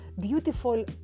beautiful